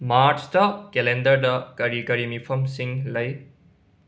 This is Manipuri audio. ꯃꯥꯔꯆꯇ ꯀꯦꯂꯦꯟꯗꯔꯗ ꯀꯔꯤ ꯀꯔꯤ ꯃꯤꯐꯝꯁꯤꯡ ꯂꯩ